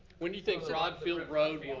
when do you think rodd field road will.